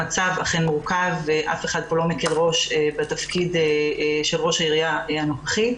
המצב אכן מורכב ואף אחד כאן לא מקל ראש בתפקיד של ראשת העירייה הנוכחית.